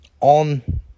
on